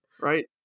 Right